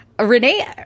Renee